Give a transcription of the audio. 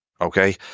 Okay